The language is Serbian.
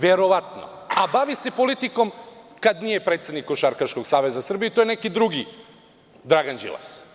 Verovatno, a bavi se politikom kad nije predsednik Košarkaškog saveza Srbije i to je neki drugi Dragan Đilas.